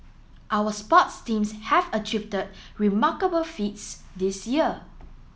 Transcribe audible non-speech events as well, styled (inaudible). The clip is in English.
our sports teams have (unintelligible) remarkable feats this year